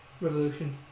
Revolution